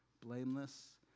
blameless